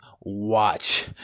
watch